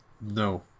no